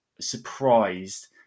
surprised